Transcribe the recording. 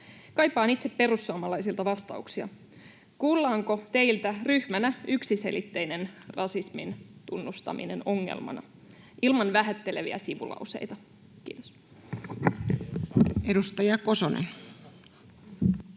Kaipaan itse perussuomalaisilta vastauksia, kuullaanko teiltä ryhmänä yksiselitteinen rasismin tunnustaminen ongelmana ilman vähätteleviä sivulauseita. — Kiitos. [Speech